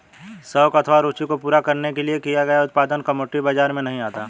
शौक अथवा रूचि को पूरा करने के लिए किया गया उत्पादन कमोडिटी बाजार में नहीं आता